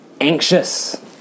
anxious